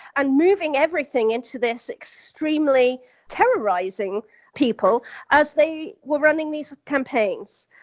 and moving everything into this extremely terrorizing people as they were running these campaigns.